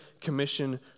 Commission